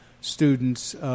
students